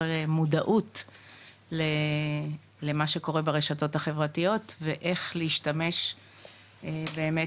מודעות למה שקורה ברשתות החברתיות ואיך להשתמש באמת,